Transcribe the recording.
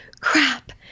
crap